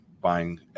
buying